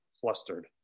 flustered